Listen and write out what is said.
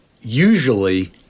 usually